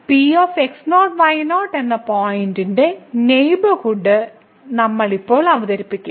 Px0 y0 എന്ന പോയിന്റ്ന്റെ neighbourhood നമ്മൾ ഇപ്പോൾ അവതരിപ്പിക്കും